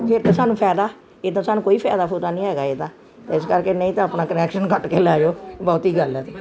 ਫਿਰ ਤਾਂ ਸਾਨੂੰ ਫ਼ਾਇਦਾ ਇੱਦਾਂ ਸਾਨੂੰ ਕੋਈ ਫ਼ਾਇਦਾ ਫੁਇਦਾ ਨਹੀਂ ਹੈਗਾ ਇਹਦਾ ਇਸ ਕਰਕੇ ਨਹੀਂ ਤਾਂ ਆਪਣਾ ਕਨੈਕਸ਼ਨ ਕੱਟ ਕੇ ਲੈ ਜਾਓ ਬਹੁਤੀ ਗੱਲ ਹੈ ਤਾਂ